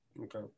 Okay